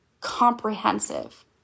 comprehensive